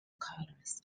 colors